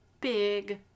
big